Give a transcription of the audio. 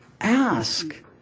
Ask